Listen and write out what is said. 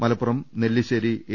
Malappuram Nellissery A